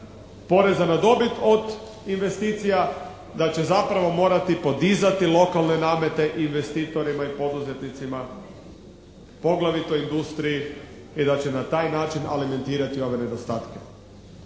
poreza na dobit od investicija, da će zapravo morati podizati lokalne namete investitorima i poduzetnicima, poglavito industriji i da će na taj način alimentirati ove nedostatke.